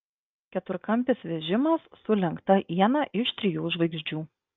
keturkampis vežimas su lenkta iena iš trijų žvaigždžių